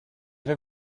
vais